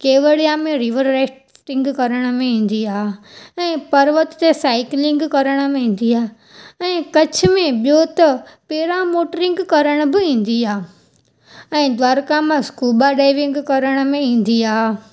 केवड़िया में river rafting करण में ईंदी आहे ऐं परवत ते साइक्लिंग करण में ईंदी आहे ऐं कच्छ में ॿियो त पैरां मोटरिंग करण बि ईंदी आहे ऐं द्वारका मां स्कूबा डाइविंग करण में ईंदी आहे